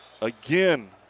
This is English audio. again